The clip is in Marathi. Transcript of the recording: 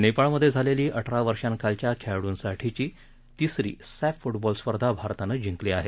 नेपाळमधे झालेली अठरा वर्षाखालच्या खेळाडूंसाठीची तिसरी सॅफ फुटबॉल स्पर्धा भारतानं जिंकली आहे